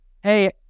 Hey